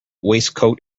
waistcoat